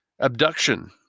Abduction